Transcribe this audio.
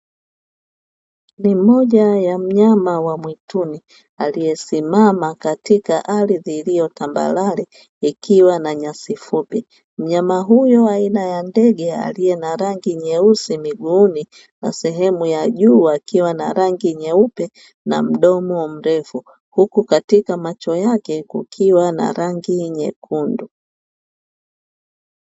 Ni moja ya mnyama wa mwituni aliyesimama katika ardhi iliyo tambarare ikiwa na nyasi fupi. Mnyama huyo aina ya ndege aliye na rangi nyeusi miguuni na sehemu ya juu akiwa na rangi nyeupe na mdomo mrefu; huku katika macho yake kukiwa na rangi nyekundu.